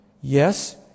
Yes